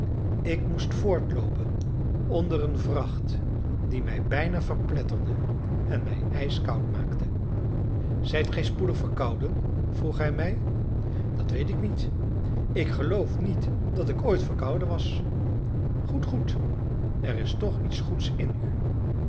ik moest voortloopen onder een vracht die mij bijna verpletterde en mij ijskoud maakte zijt gij spoedig verkouden vroeg hij mij dat weet ik niet ik geloof niet dat ik ooit verkouden was goed goed er is toch iets goeds in u